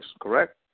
Correct